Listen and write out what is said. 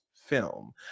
film